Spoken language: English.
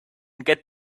get